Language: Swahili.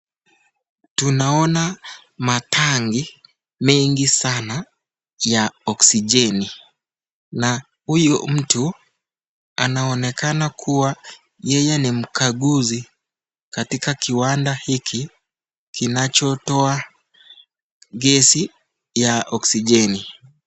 Tunaona matangi mengi sana ya oksijeni na huyu mtu anaonekana kuwa yeye mgaguzi katika kiwanda hiki kinacho toa gesi ya oksijeni.